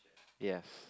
yes